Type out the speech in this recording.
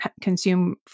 consume